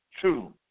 true